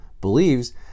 believes